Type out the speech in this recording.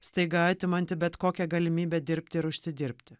staiga atimanti bet kokią galimybę dirbti ir užsidirbti